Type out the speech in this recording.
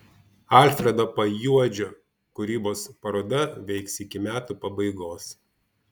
alfredo pajuodžio kūrybos paroda veiks iki metų pabaigos